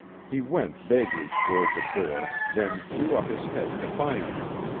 he went vaguely toward the door, then threw up his head defiantly.